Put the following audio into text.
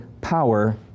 power